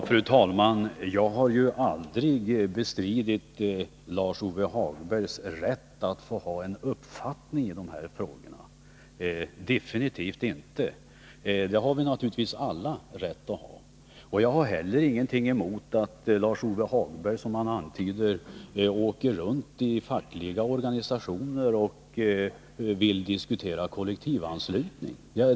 Fru talman! Jag har aldrig bestridit Lars-Ove Hagbergs rätt att ha en uppfattning i de här frågorna, absolut inte. Det har vi naturligtvis alla rätt att ha. Jag har inte heller någonting emot att Lars-Ove Hagberg, som han antydde, åker runt till fackliga organisationer och diskuterar kollektivanslutning.